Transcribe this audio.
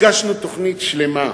הגשנו תוכנית שלמה,